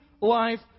life